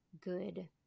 good